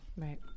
right